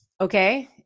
Okay